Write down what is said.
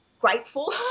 Grateful